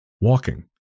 walking